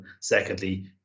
Secondly